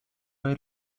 bei